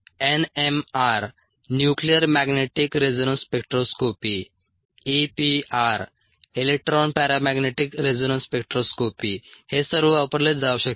NMR nuclear magnetic resonance spectroscopy EPR electron paramagnetic resonance spectroscopy हे सर्व वापरले जाऊ शकते